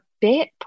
bit